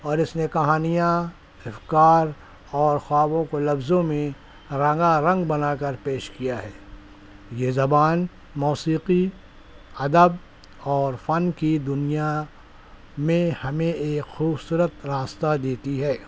اور اِس نے کہانیاں افکار اور خوابوں کو لفظوں میں رنگا رنگ بنا کر پیش کیا ہے یہ زبان موسیقی ادب اور فن کی دُنیا میں ہمیں ایک خوبصورت راستہ دیتی ہے